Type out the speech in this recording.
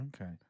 Okay